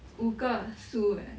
五个书 eh